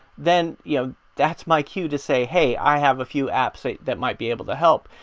then you know that's my cue to say hey i have a few apps that that might be able to help.